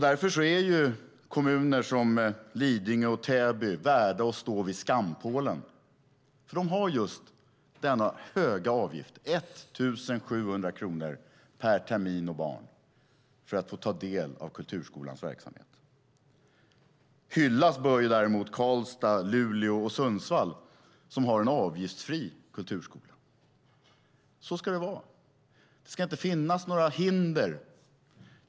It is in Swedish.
Därför är kommuner som Lidingö och Täby värda att stå vid skampålen, för de har just denna höga avgift, 1 700 kronor per termin och barn, för att få ta del av kulturskolans verksamhet. Hyllas bör däremot Karlstad, Luleå och Sundsvall som har en avgiftsfri kulturskola. Så ska det vara. Det ska inte finnas några hinder.